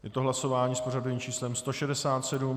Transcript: Je to hlasování s pořadovým číslem 167.